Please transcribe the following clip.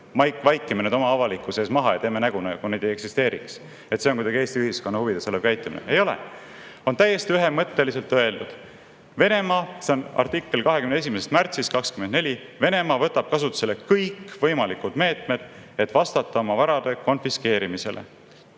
Vaikime need oma avalikkuse ees maha ja teeme nägu, nagu neid ei eksisteeriks? Kas see on kuidagi Eesti ühiskonna huvides käitumine? Ei ole! On täiesti ühemõtteliselt öeldud – see on artikkel 21. märtsist 2024 –, et Venemaa võtab kasutusele kõik võimalikud meetmed vastusena oma varade konfiskeerimisele.